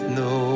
no